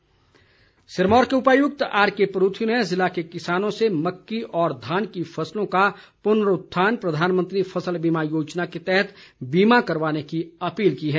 DC Sirmaur Sirmaur के उपायुक्त RK Paruthi ने ज़िले के किसानों से मक्की और धान की फसलों का पुनरूत्थान प्रधानमंत्री फसल बीमा योजना के तहत बीमा करवाने की अपील की है